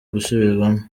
gusubirwamo